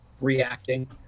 reacting